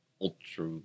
ultra